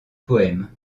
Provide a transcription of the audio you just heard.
poème